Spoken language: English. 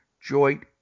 joint